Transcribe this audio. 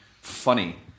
funny